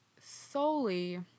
solely